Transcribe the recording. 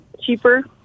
cheaper